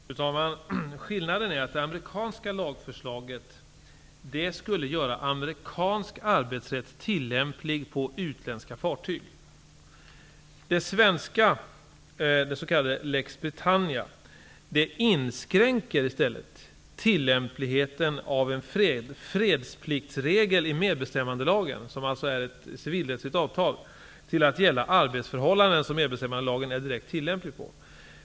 Fru talman! Skillnaden är att det amerikanska lagförslaget skulle göra amerikansk arbetsrätt tillämplig på utländska fartyg. Den svenska s.k. Lex Britannia inskränker i stället tillämpligheten av en fredspliktsregel i medbestämmandelagen, som alltså omfattar ett civilrättsligt avtal, till att gälla arbetsförhållanden som medbestämmandelagen är direkt tillämplig på.